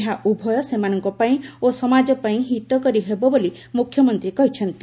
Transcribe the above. ଏହା ଉଭୟ ସେମାନଙ୍କ ପାଇଁ ଓ ସମାଜ ପାଇଁ ହିତକାରୀ ହେବ ବୋଲି ମୁଖ୍ୟମନ୍ତ୍ରୀ କହିଛନ୍ତି